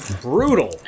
Brutal